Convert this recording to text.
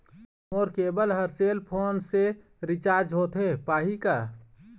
मोर cable हर cell phone से recharge होथे पाही का?